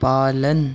पालन